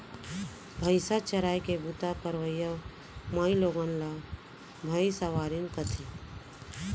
भईंसा चराय के बूता करइया माइलोगन ला भइंसवारिन कथें